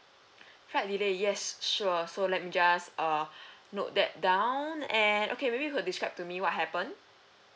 flight delay yes sure so let me just uh note that down and okay maybe you could describe to me what happen